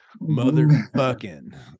motherfucking